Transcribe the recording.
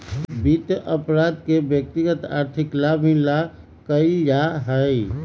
वित्त अपराध के व्यक्तिगत आर्थिक लाभ ही ला कइल जा हई